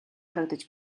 харагдаж